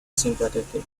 sympathetic